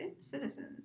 citizens